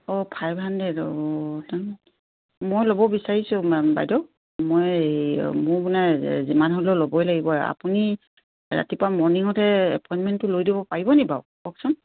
অঁ five hundred অঁ মই ল'ব বিচাৰিছোঁ মেম বাইদেউ মই এই মোৰ মানে যিমান হ'লেও ল'বই লাগিব আপুনি ৰাতিপুৱা মৰ্ণিঙহে এপইণ্টমেণ্টটো লৈ দিব পাৰিব নি বাৰু কওকচোন